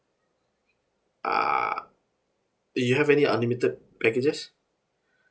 uh you have any unlimited packages